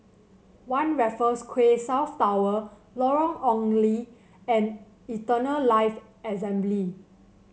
One Raffles Quay South Tower Lorong Ong Lye and Eternal Life Assembly